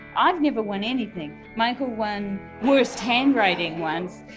i! ve never won anything. michael won worst handwriting once,